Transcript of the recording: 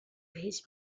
his